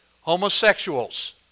Homosexuals